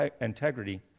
integrity